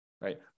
right